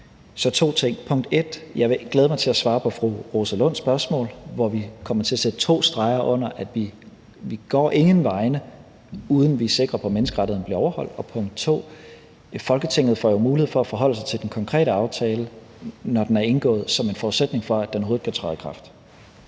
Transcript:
to ting. Punkt 1: Jeg vil glæde mig til at svare på fru Rosa Lunds spørgsmål, hvor vi kommer til at sætte to streger under, at vi ikke går nogen vegne, uden at vi er sikre på, at menneskerettighederne bliver overholdt. Punkt 2: Folketinget får mulighed for at forholde sig til den konkrete aftale, når den er indgået, som en forudsætning for, at den overhovedet kan træde i kraft.